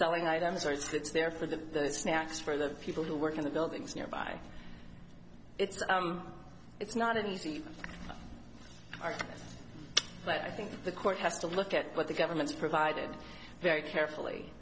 selling items or it's there for the snacks for the people who work in the buildings nearby it's it's not an easy art but i think the court has to look at what the government's provided very carefully